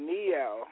Neo